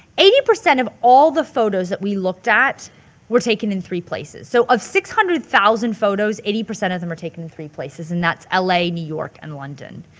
eighty percent of all the photos that we looked at were taken in three places. so of six hundred thousand photos, eighty percent of them are taken in three places and that's l a, new york, and london.